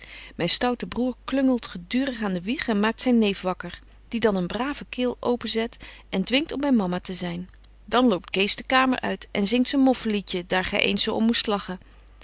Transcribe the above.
myn stoute broêr klungelt gedurig aan de wieg en maakt zyn neef wakker die dan een brave keel open zet en dwingt om by mama te zyn dan loopt cees de kamer uit en zingt zyn moffenliedje daar gy eens zo om moest lachen